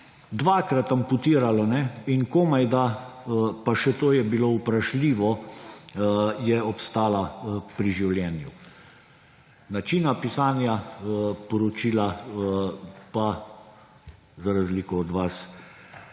dvakrat amputiralo in komajda, pa še to je bilo vprašljivo, je obstala pri življenju. Načina pisanja poročila pa za razliko od vas